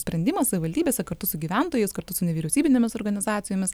sprendimą savivaldybėse kartu su gyventojais kartu su nevyriausybinėmis organizacijomis